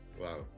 Wow